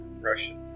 Russian